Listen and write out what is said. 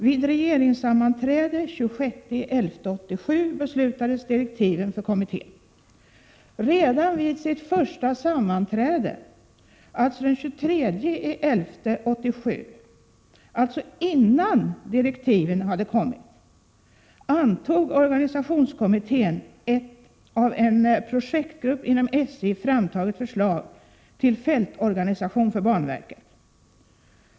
Vid regeringssammanträde den 26 november 1987 beslutades direktiven för kommittén. Redan vid sitt första sammanträde den 23 november 1987 — alltså innan direktiven erhållits! — antog organisationskommittén ett av en projektgrupp inom SJ framtaget förslag till fältorganisation för banverket.